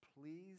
please